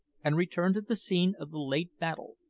and returned to the scene of the late battle,